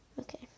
Okay